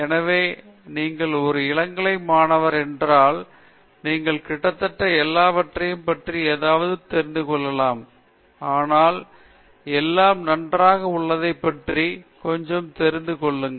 எனவே நீங்கள் ஒரு இளங்கலை மாணவர் என்றால் நீங்கள் கிட்டத்தட்ட எல்லாவற்றையும் பற்றி ஏதாவது தெரிந்து கொள்ளலாம் ஆனால் எல்லாம் நன்றாக உள்ளதைப் பற்றி கொஞ்சம் தெரிந்து கொள்ளுங்கள்